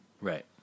Right